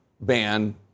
ban